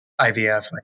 IVF